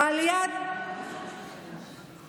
ליד אזור שיש בו